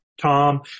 Tom